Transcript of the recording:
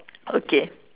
okay